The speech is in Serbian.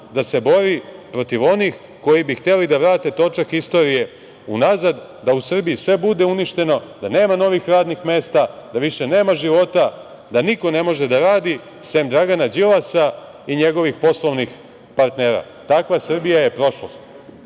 da se bori protiv onih koji bi hteli da vrate točak istorije unazad, da u Srbiji sve bude uništeno, da nema novih radnih mesta, da više nema života, da niko ne može da radi sem Dragana Đilasa i njegovih poslovnih partnera. Takva Srbija je prošlost. Mi